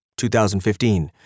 2015